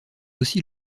aussi